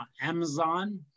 Amazon